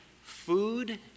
food